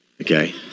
okay